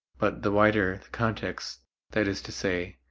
but the wider the context that is to say,